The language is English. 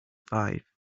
five